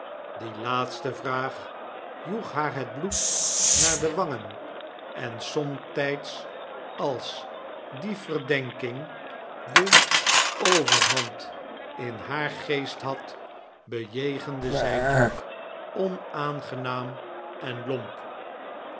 die laatste vraag joeg haar het bloed naar de wangen en somtijds als die verdenking de overhand in haar geest had bejegende zij duke onaangenaam en lomp